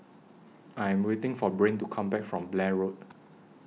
I Am waiting For Brain to Come Back from Blair Road